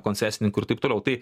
koncesininkų ir taip toliau tai